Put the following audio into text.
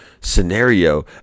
scenario